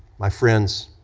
my friends,